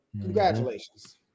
congratulations